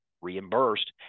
reimbursed